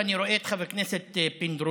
אני רואה את חבר הכנסת פינדרוס,